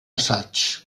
assaigs